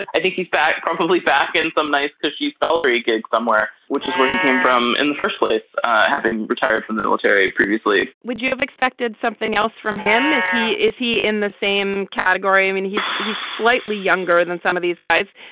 ah i think he's back probably back in some nice cushy salary gig somewhere which is where he came from in the first place having retired from the military previously would you have expected something else from him is he is he in the same category. i mean he's a slightly younger than some of these guys.